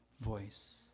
voice